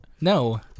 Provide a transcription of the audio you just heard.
No